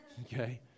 Okay